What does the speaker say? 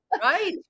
right